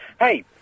Hey